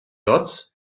hotz